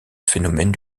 phénomène